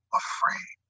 afraid